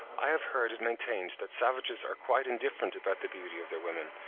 i have heard it maintained that savages are quite indifferent about the beauty of their women,